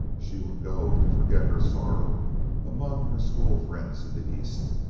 she would go to forget her sorrow among her school friends in the east.